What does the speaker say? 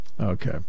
okay